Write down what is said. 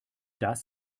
das